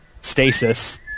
stasis